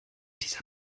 dieser